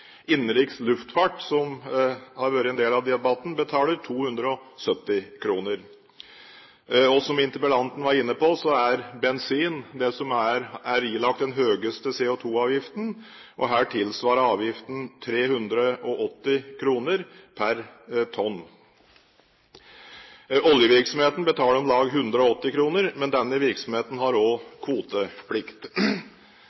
Innenriks luftfart, som har vært en del av debatten, betaler 270 kr. Som interpellanten var inne på, er bensin det som er ilagt den høyeste CO2-avgiften, og her tilsvarer avgiften 380 kr per tonn. Oljevirksomheten betaler om lag 180 kr, men denne virksomheten har